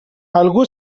algú